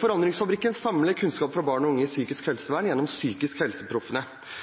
Forandringsfabrikken samler kunnskap for barn og unge i psykisk helsevern gjennom